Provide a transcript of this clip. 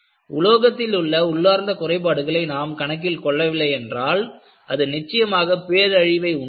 உலோகத்திலுள்ள உள்ளார்ந்த குறைபாடுகளை நாம் கணக்கில் கொள்ளவில்லை என்றால் அது நிச்சயமாக பேரழிவை உண்டாக்கும்